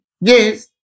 Yes